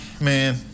man